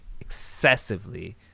excessively